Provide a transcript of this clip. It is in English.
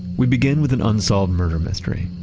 we begin with an unsolved murder mystery,